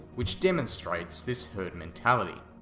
which demonstrates this herd mentality.